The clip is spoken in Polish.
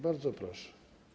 Bardzo proszę.